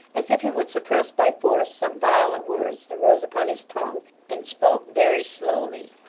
as if he would suppress by force some violent words that rose upon his tongue and spoke very slowly.